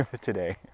today